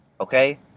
okay